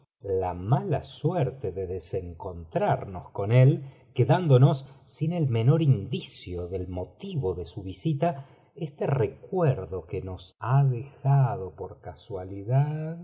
la mala suerte de deseneontramob con él quedándonos sin el menor indicio del motivo de su visita este recuerdo que nos ha dejado por casualidad